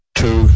two